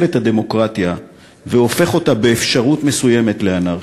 את הדמוקרטיה והופך אותה באפשרות מסוימת לאנרכיה.